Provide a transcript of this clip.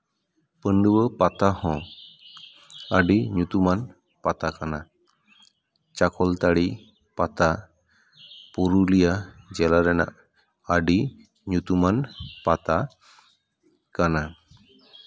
ᱯᱟᱹᱰᱩᱣᱟᱹ ᱯᱟᱛᱟ ᱦᱚᱸ ᱟᱹᱰᱤ ᱧᱩᱛᱩᱢᱟᱱ ᱯᱟᱛᱟ ᱠᱟᱱᱟ ᱪᱟᱠᱚᱞᱛᱟᱹᱲᱤ ᱯᱟᱛᱟ ᱯᱩᱨᱩᱞᱤᱭᱟᱹ ᱡᱮᱞᱟ ᱨᱮᱱᱟᱜ ᱟᱹᱰᱤ ᱧᱩᱛᱩᱢᱟᱱ ᱯᱟᱛᱟ ᱠᱟᱱᱟ